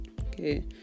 okay